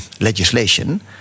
legislation